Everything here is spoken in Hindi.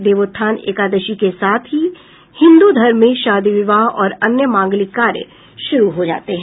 देवोत्थान एकादशी के साथ ही हिन्दू धर्म में शादी विवाह और अन्य मांगलिक कार्य शुरू हो जाते हैं